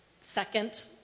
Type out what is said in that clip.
second